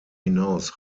hinaus